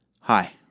hi